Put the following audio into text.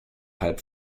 halb